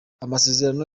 amasezerano